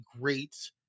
great